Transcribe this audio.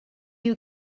you